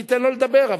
אני אתן לו לדבר,